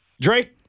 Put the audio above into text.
Drake